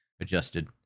adjusted